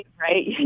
right